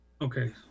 Okay